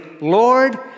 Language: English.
Lord